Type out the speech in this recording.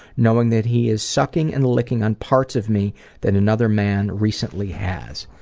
knowing that he is sucking and licking on parts of me that another man recently has.